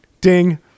Ding